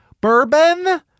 Bourbon